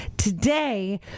Today